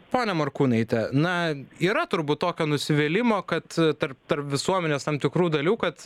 ponia morkūnaite na yra turbūt tokio nusivylimo kad tarp tarp visuomenės tam tikrų dalių kad